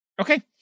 Okay